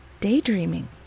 daydreaming